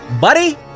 Buddy